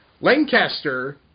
Lancaster